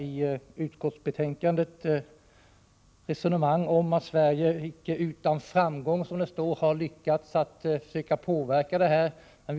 I utskottsbetänkandet förs ett resonemang om att Sverige icke utan framgång har kunnat påverka Världsbankens utlåning.